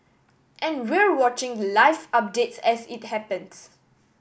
and we're watching the live updates as it happens